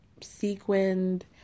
sequined